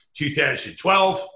2012